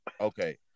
Okay